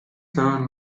served